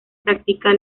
practica